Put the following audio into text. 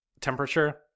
temperature